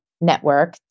Network